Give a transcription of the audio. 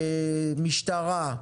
משטרה,